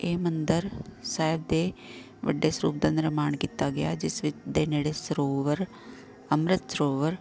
ਇਹ ਮੰਦਰ ਸਾਹਿਬ ਦੇ ਵੱਡੇ ਸਰੂਪ ਦਾ ਨਿਰਮਾਣ ਕੀਤਾ ਗਿਆ ਜਿਸ ਵਿੱਚ ਦੇ ਨੇੜੇ ਸਰੋਵਰ ਅੰਮ੍ਰਿਤ ਸਰੋਵਰ